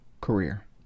career